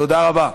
תודה רבה.